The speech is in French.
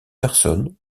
personnes